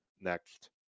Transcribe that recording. next